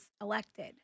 elected